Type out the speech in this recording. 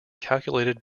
calculated